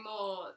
more